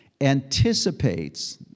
anticipates